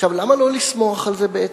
עכשיו, למה לא לשמוח על זה בעצם?